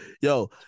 Yo